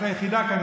את היחידה כאן,